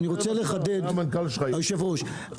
היושב-ראש,